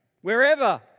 wherever